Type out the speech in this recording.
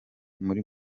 muri